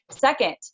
Second